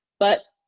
but,